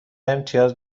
امتیاز